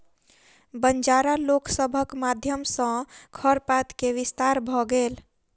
बंजारा लोक सभक माध्यम सॅ खरपात के विस्तार भ गेल